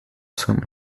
some